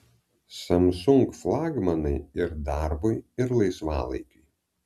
samsung flagmanai ir darbui ir laisvalaikiui